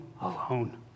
alone